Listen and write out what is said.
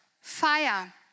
fire